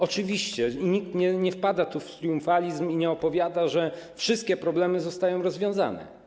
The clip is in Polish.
Oczywiście, nikt nie wpada tu w triumfalizm i nie opowiada, że wszystkie problemy zostają rozwiązane.